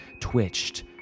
twitched